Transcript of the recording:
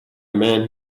man